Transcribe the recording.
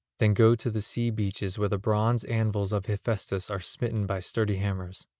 then go to the sea-beaches where the bronze anvils of hephaestus are smitten by sturdy hammers,